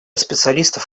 специалистов